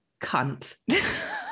cunt